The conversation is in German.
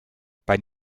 bei